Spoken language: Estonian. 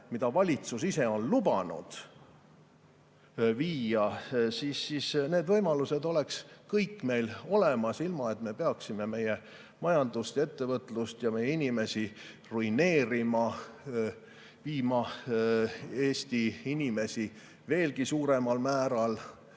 mida valitsus ise on lubanud. Need võimalused oleks kõik meil olemas, ilma et me peaksime meie majandust, ettevõtlust ja inimesi ruineerima ning viima Eesti inimesi veelgi suuremal määral